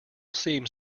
seems